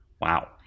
Wow